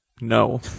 No